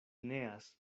neas